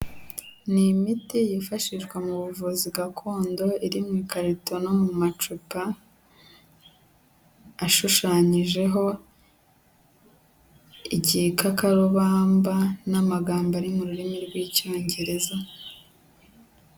Ni imiti yifashishwa mu buvuzi gakondo iri mu ikarito no mu macupa, ashushanyijeho igikakarubamba n'amagambo ari mu rurimi rw'icyongereza.